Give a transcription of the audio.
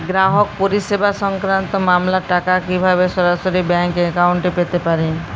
গ্রাহক পরিষেবা সংক্রান্ত মামলার টাকা কীভাবে সরাসরি ব্যাংক অ্যাকাউন্টে পেতে পারি?